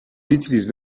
utilise